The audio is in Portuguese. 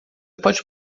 pode